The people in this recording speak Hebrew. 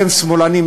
אתם שמאלנים,